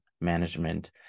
management